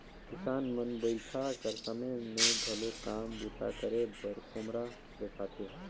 किसान मन बरिखा कर समे मे घलो काम बूता करे बर खोम्हरा बेसाथे